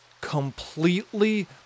completely